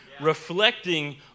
reflecting